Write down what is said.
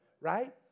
right